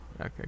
Okay